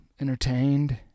entertained